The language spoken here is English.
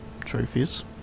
trophies